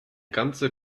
ganzer